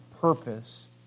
purpose